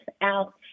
out